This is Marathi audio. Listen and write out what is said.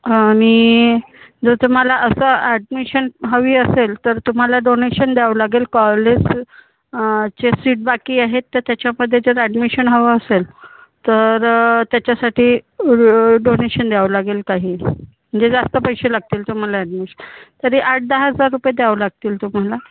आणि जर तुम्हाला असं ॲडमिशन हवी असेल तर तुम्हाला डोनेशन द्यावं लागेल कॉलेज चे सीट बाकी आहेत तर त्याच्यामध्ये जर ॲडमिशन हवं असेल तर त्याच्यासाठी डोनेशन द्यावं लागेल काही म्हणजे जास्त पैसे लागतील तुम्हाला ॲडमिश तरी आठदा हजार रुपये द्यावं लागतील तुम्हाला